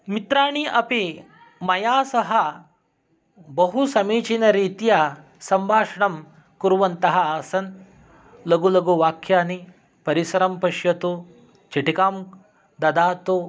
मित्राणि अपि मया सह बहु समीचीनरीत्या सम्भाषणं कुर्वन्तः आसन् लघुलघुवाक्यानि परिसरं पश्यतु चीटिकां ददातु